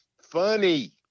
funny